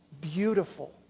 beautiful